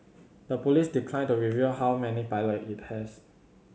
the police declined to reveal how many pilot it has